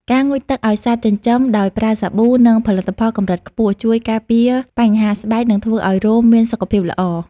ការងូតទឹកឱ្យសត្វចិញ្ចឹមដោយប្រើសាប៊ូ និងផលិតផលកម្រិតខ្ពស់ ជួយការពារបញ្ហាស្បែក និងធ្វើឱ្យរោមមានសុខភាពល្អ។